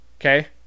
okay